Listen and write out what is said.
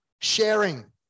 Sharing